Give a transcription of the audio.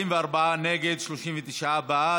44 נגד, 39 בעד.